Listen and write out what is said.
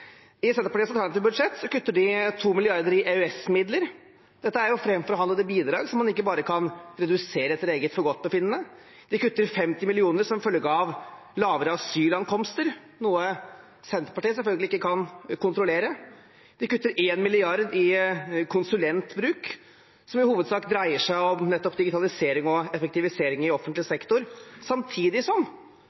I Senterpartiets alternative budsjett kutter de 2 mrd. kr i EØS-midler. Dette er jo framforhandlede bidrag som man ikke bare kan redusere etter eget forgodtbefinnende. De kutter 50 mill. kr som følge av lavere asylankomster, noe Senterpartiet selvfølgelig ikke kan kontrollere. De kutter 1 mrd. kr i konsulentbruk, som i hovedsak dreier seg om digitalisering og effektivisering i offentlig sektor, samtidig som